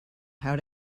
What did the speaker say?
how